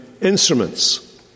instruments